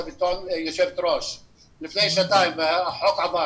ביטון עת הייתה יושבת ראש הוועדה כאשר עבר החוק.